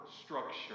structure